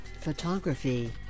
photography